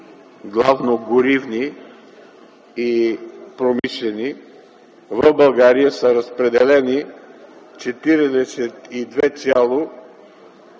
главно горивни и промишлени. В България са разпределени 42,3